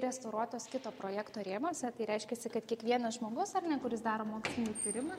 restauruotos kito projekto rėmuose tai reiškiasi kad kiekvienas žmogus ar ne kuris daro mokslinį tyrimą